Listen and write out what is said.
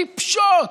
טיפשות,